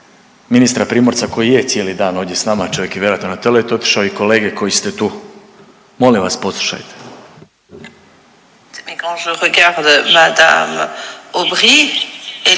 ministra Primorca koji je cijeli dan ovdje s nama, čovjek je vjerojatno na toalet otišao i kolege koji ste tu, molim vas poslušajte.